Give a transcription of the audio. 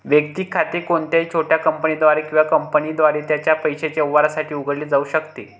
वैयक्तिक खाते कोणत्याही छोट्या कंपनीद्वारे किंवा कंपनीद्वारे त्याच्या पैशाच्या व्यवहारांसाठी उघडले जाऊ शकते